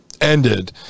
ended